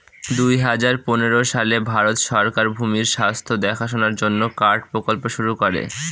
দুই হাজার পনেরো সালে ভারত সরকার ভূমির স্বাস্থ্য দেখাশোনার জন্য কার্ড প্রকল্প শুরু করে